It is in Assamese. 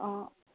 অঁ